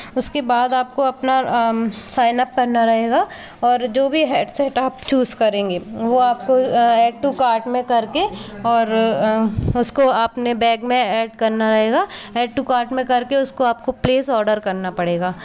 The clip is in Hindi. उसके बाद आपको अपना साइन अप करना रहेगा और जो भी हैडसेट आप चूज़ करेंगे वो आपको ऐड टू कार्ट में करके और उसको आपने बैग में ऐड करना रहेगा ऐड टू कार्ट में करके उसको आपको प्लेस आर्डर करना पड़ेगा